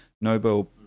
nobel